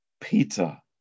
Peter